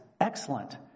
excellent